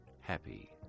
happy